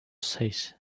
says